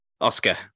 Oscar